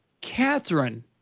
Catherine